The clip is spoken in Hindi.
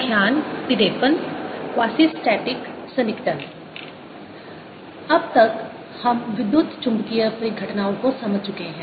क्वासिस्टेटिक सन्निकटन अब तक हम विद्युतचुंबकीय परिघटनाओं को समझ चुके हैं